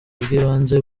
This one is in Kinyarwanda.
bw’ibanze